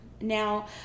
Now